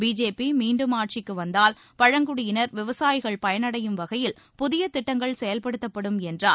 BJP மீண்டும் ஆட்சிக்கு வந்தால் பழங்குடியினர் விவசாயிகள் பயனடையும் வகையில் புதிய திட்டங்கள் செயல்படுத்தப்படும் என்றார்